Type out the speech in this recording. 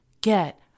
get